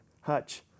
Hutch